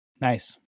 nice